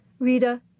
Rita